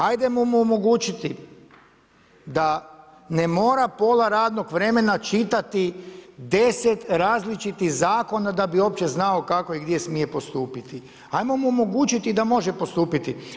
Ajdemo mu omogućiti da ne mora pola radnog vremena čitati deset različitih zakona da bi uopće znao kako i gdje smije postupiti, ajmo mu omogućiti da može postupiti.